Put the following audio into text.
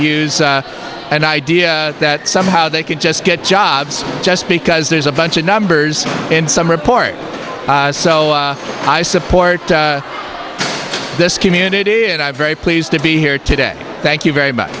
use an idea that somehow they could just get jobs just because there's a bunch of numbers in some report so i support this community and i'm very pleased to be here today thank you very much